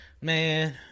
man